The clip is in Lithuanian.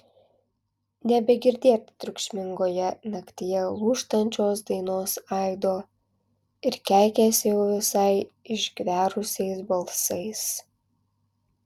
nebegirdėt triukšmingoje naktyje lūžtančios dainos aido ir keikiasi jau visai išgverusiais balsais